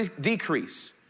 decrease